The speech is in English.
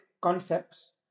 concepts